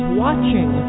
watching